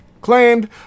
claimed